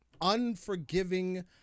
unforgiving